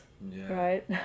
right